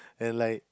then like